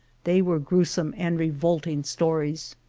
they were grewsome and revolting stories.